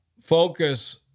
focus